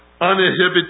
uninhibited